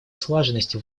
слаженности